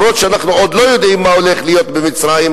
אף-על-פי שאנחנו לא יודעים מה הולך להיות במצרים,